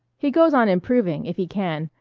he goes on improving, if he can,